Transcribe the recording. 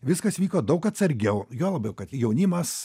viskas vyko daug atsargiau juo labiau kad jaunimas